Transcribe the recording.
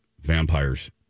vampires